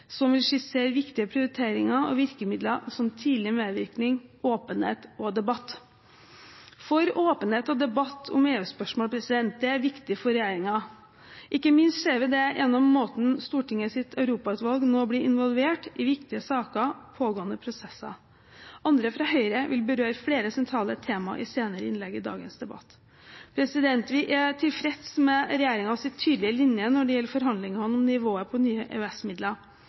som vil skissere viktige prioriteringer og virkemidler, som tidlig medvirkning, åpenhet og debatt. For åpenhet og debatt om EU-spørsmål er viktig for regjeringen, ikke minst ser vi det gjennom måten Stortingets europautvalg nå blir involvert i viktige saker og pågående prosesser. Andre fra Høyre vil berøre flere sentrale tema i senere innlegg i dagens debatt. Vi er tilfredse med regjeringens tydelige linje når det gjelder forhandlingene om nivået på nye